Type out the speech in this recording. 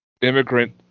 immigrant